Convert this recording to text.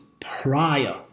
prior